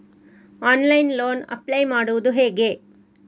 Online loan apply ಮಾಡುವುದು ಹೇಗೆ?